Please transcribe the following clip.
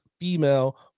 female